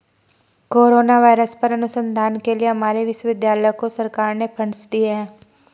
corona virus पर अनुसंधान के लिए हमारे विश्वविद्यालय को सरकार ने फंडस दिए हैं